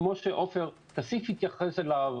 כמו שעופר כסיף התייחס אליו,